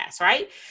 right